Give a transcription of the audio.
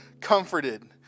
comforted